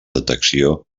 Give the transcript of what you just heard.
detecció